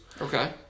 Okay